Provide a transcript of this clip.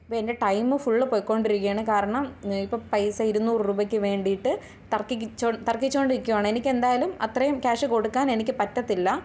ഇപ്പോൾ എൻ്റെ time full പോയിക്കൊണ്ടിരിക്കുകയാണ് കാരണം ഇപ്പോൾ പൈസ ഇരുന്നൂറ് രൂപയ്ക്ക് വേണ്ടിയിട്ട് തർക്കിച്ചുകൊണ്ട് തർക്കിച്ചുകൊണ്ടിരിക്കുകയാണ് എനിക്കെന്തായാലും അത്രയും ക്യാഷ് കൊടുക്കാൻ എനിക്ക് പറ്റത്തില്ല